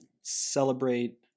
celebrate